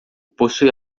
possui